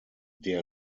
der